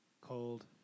Cold